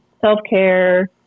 Self-care